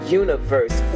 universe